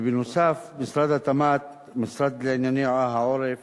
ובנוסף, משרד התמ"ת, המשרד לענייני העורף